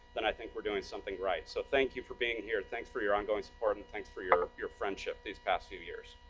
then i think we're doing something right. so thank you, for being here, thanks for your ongoing support, and thanks for your your friendship these past few years.